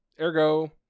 ergo